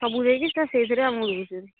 ସବୁ ଯାଇକି ତ ସେଇଥିରେ ଆମକୁ